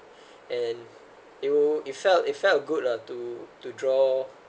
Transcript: and it would it felt it felt good lah to to draw